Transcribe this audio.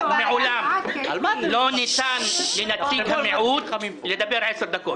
מעולם לא ניתן לנציג המיעוט לדבר עשר דקות.